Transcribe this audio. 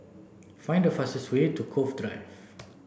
find the fastest way to Cove Drive